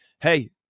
hey